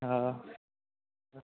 हँ